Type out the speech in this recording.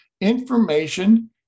Information